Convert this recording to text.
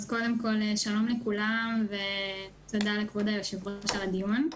אז קודם כל שלום לכולם ותודה לכבוד היושב-ראש על הדיון.